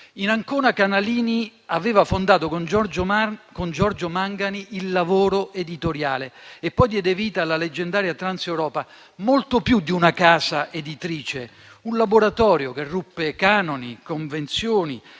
In Ancona, Canalini aveva fondato con Giorgio Mangani «Il lavoro editoriale» e poi diede vita alla leggendaria "Transeuropa", molto più di una casa editrice, un laboratorio che ruppe canoni e convenzioni,